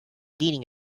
leaning